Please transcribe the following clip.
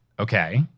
Okay